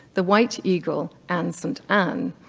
the white eagle and st. anne.